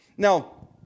Now